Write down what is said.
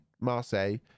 Marseille